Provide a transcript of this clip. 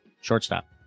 shortstop